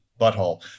butthole